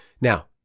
Now